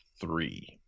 three